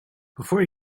before